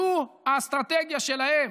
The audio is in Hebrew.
זו האסטרטגיה שלהם,